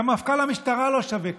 וגם מפכ"ל המשטרה לא שווה כלום,